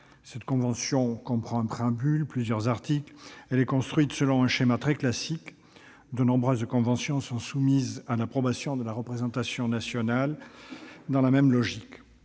Cette convention comprend un préambule et plusieurs articles. Elle est construite selon un schéma très classique : de nombreuses conventions sont soumises à l'approbation de la représentation nationale dans la même logique.